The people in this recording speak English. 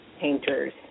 painters